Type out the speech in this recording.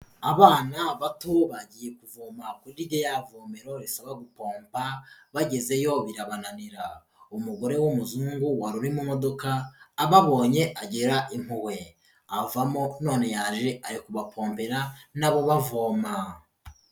Abana bato bagiye kuvoma kuri rya vomero risaba gupompa bagezeyo birabananira, umugore w'umuzungu wari uri mu modoka ababonye agira impuhwe, avamo none yaje ari kubapombera nabo bavoma.